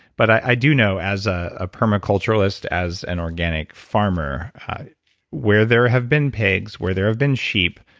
but i do know as ah a permaculturalist, as an organic farmer where there have been pigs, where there have been sheep,